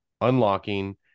unlocking